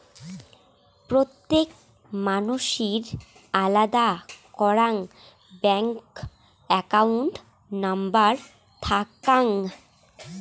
প্রত্যেক মানসির আলাদা করাং ব্যাঙ্ক একাউন্ট নম্বর থাকাং